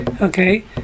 okay